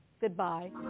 goodbye